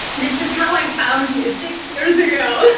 this is how i found you six years ago.